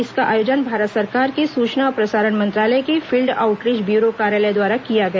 इसका आयोजन भारत सरकार के सूचना और प्रसारण मंत्रालय के फील्ड आउटरीच ब्यूरो कार्यालय द्वारा किया गया